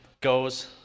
goes